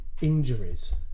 injuries